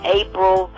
april